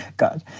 god,